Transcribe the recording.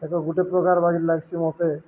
ତାକେ ଗୁଟେ ପ୍ରକାର ବାଗି ଲାଗସି ମତେ